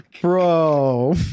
bro